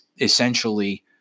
essentially